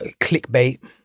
clickbait